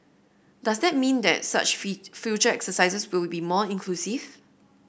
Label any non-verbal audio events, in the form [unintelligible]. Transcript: does that mean that such [unintelligible] future exercises will be more inclusive